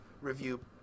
review